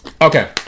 Okay